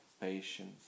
patience